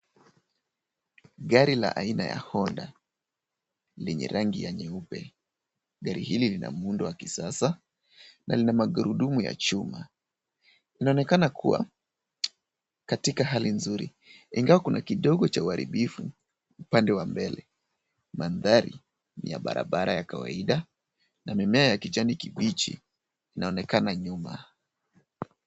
Gari la aina ya Honda. lenye rangi ya nyeupe. Gari hili lina muundo wa kisasa na lina magurudumu ya chuma. Inaonekana kuwa katika hali nzuri, ingawa kuna kidogo cha uharibifu, upande wa mbele. Mandhari ni ya barabara ya kawaida, na mimea ya kijani kibichi inaonekana nyuma.